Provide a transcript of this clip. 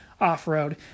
off-road